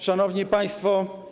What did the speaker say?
Szanowni Państwo!